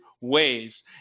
ways